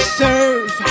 serve